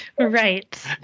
Right